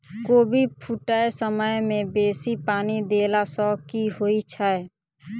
कोबी फूटै समय मे बेसी पानि देला सऽ की होइ छै?